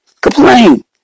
complain